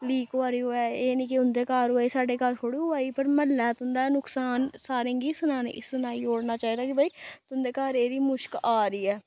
leak होआ दी होऐ एह् निं के उं'दे घर होआ दी साढ़े घर थोह्ड़े होआ दी बट म्हल्ला ऐ तुं'दा नुक्सान सारें गी सनाने सनाई ओड़ना चाहिदा कि भाई तुं'दे घर एह्दी मुश्क आ दी ऐ